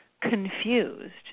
confused